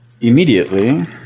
immediately